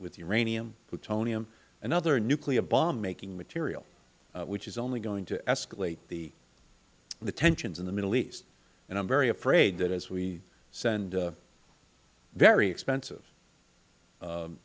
with uranium plutonium and other nuclear bombmaking material which is only going to escalate the tensions in the middle east and i am very afraid that as we send very expensive